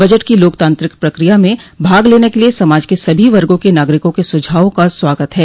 budget की लोकतांत्रिक प्रक्रिया में भाग लेने के लिये समाज के सभी वर्गों के नागरिकों के सुझावों का स्वागत है